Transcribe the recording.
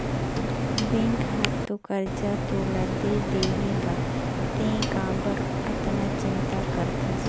bank हर तो करजा तोला दे देहीगा तें काबर अतना चिंता करथस